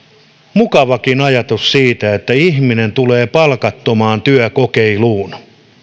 mukavakin ajatus että ihminen tulee palkattomaan työkokeiluun